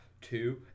Two